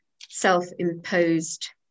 self-imposed